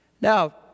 Now